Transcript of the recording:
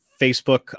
Facebook